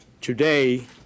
today